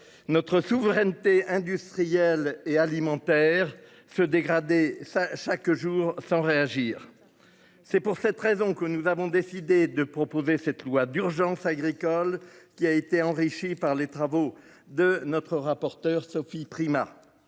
Notre souveraineté industrielle et alimentaire se dégrader ça chaque jour sans réagir. C'est pour cette raison que nous avons décidé de proposer cette loi d'urgence agricole qui a été enrichi par les travaux de notre rapporteur Sophie Primas.